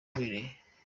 wabereye